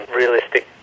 realistic